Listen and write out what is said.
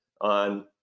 on